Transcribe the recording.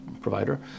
provider